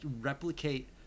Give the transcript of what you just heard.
replicate